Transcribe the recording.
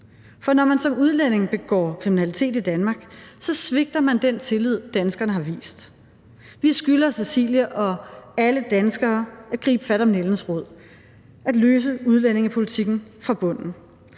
For når man som udlænding begår kriminalitet i Danmark, svigter man den tillid, danskerne har vist. Vi skylder Cecilie og alle danskere at gribe fat om nældens rod, at løse udlændingepolitikken fra bunden.